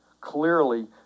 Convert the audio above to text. Clearly